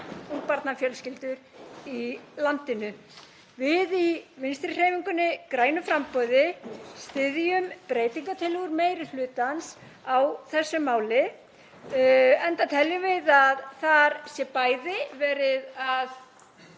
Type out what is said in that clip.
ungbarnafjölskyldur í landinu. Við í Vinstrihreyfingunni – grænu framboði styðjum breytingartillögur meiri hlutans á þessu máli enda teljum við að þar sé bæði verið að